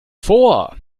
vor